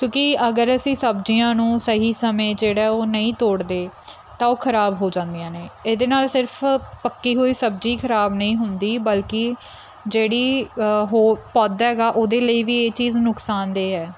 ਕਿਉਂਕਿ ਅਗਰ ਅਸੀਂ ਸਬਜ਼ੀਆਂ ਨੂੰ ਸਹੀ ਸਮੇਂ ਜਿਹੜਾ ਉਹ ਨਹੀਂ ਤੋੜਦੇ ਤਾਂ ਉਹ ਖਰਾਬ ਹੋ ਜਾਂਦੀਆਂ ਨੇ ਇਹਦੇ ਨਾਲ ਸਿਰਫ ਪੱਕੀ ਹੋਈ ਸਬਜ਼ੀ ਖਰਾਬ ਨਹੀਂ ਹੁੰਦੀ ਬਲਕਿ ਜਿਹੜੀ ਉਹ ਪੌਦਾ ਹੈਗਾ ਉਹਦੇ ਲਈ ਵੀ ਇਹ ਚੀਜ਼ ਨੁਕਸਾਨਦੇਹ ਹੈ